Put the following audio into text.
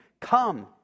Come